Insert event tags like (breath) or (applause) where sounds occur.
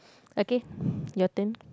okay (breath) your turn